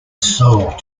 soul